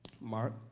Mark